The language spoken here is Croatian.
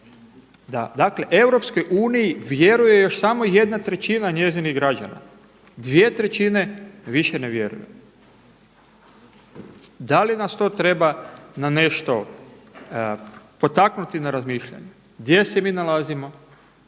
da dakle Europskoj uniji vjeruje još samo 1/3 njezinih građana. 2/3 više ne vjeruje. Da li nas to treba na nešto potaknuti na razmišljanje? Gdje se mi nalazimo?